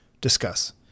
Discuss